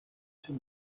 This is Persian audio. طول